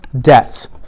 debts